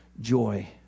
joy